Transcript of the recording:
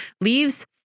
leaves